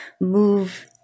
move